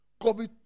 COVID